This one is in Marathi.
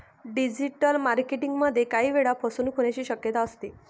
डिजिटल मार्केटिंग मध्ये काही वेळा फसवणूक होण्याची शक्यता असते